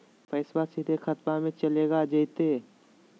पैसाबा सीधे खतबा मे चलेगा जयते?